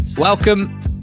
Welcome